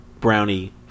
Brownie